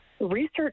research